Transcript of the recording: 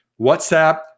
WhatsApp